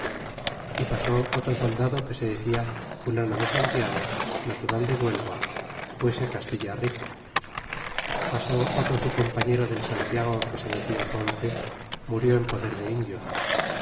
e pasó otro soldado que se decia fulano de san tiago natural de guelva fuese castilla rico pasó otro su compañero del san tiago que se decia ponce murió en poder de indios